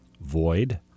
Void